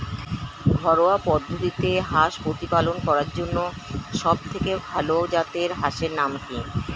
ঘরোয়া পদ্ধতিতে হাঁস প্রতিপালন করার জন্য সবথেকে ভাল জাতের হাঁসের নাম কি?